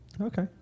Okay